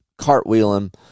cartwheeling